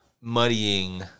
muddying